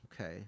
okay